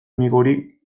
migori